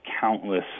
countless